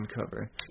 cover